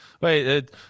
wait